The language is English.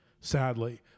sadly